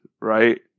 right